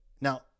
Now